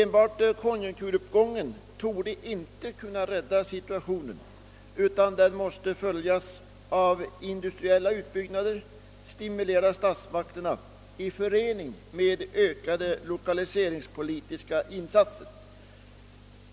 Enbart konjunkturuppgången torde inte heiler kunna rädda situationen, utan den måste följas av industriella utbyggnader och stimulans av statsmakterna i förening med ökade lokaliseringspolitiska insatser.